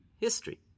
history